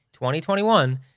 2021